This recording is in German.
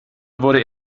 wurde